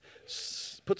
puts